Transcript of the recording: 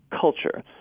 culture